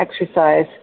exercise